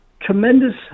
Tremendous